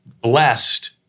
blessed